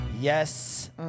Yes